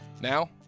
Now